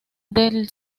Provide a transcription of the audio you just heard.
del